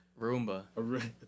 Roomba